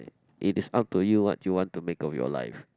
it is up to you what you want to make of your life